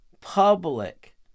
public